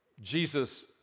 Jesus